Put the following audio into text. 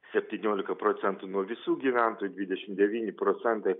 septyniolika procentų nuo visų gyventojų dvidešim devyni procentai